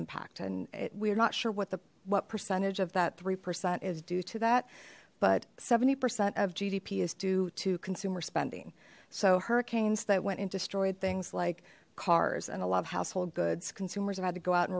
impact and we are not sure what the what percentage of that three percent is due to that but seventy percent of gdp is due to consumer spending so hurricanes that went and destroyed things like cars and a lot of household goods consumers have had to go out and